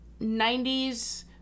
90s